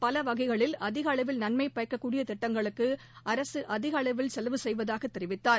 பல வகைகளில் அதிக அளவில் நன்மை பயக்கக்கூடிய திட்டங்களுக்கு அரசு அதிக அளவில் செலவு செய்வதாக தெரிவித்தார்